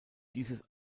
dieses